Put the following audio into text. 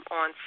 on